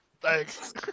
Thanks